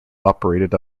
operated